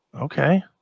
Okay